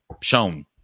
shown